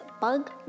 Bug